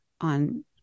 on